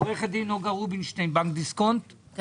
עורכת דין נגה רובינשטיין, בבנק דיסקונט, בקשה.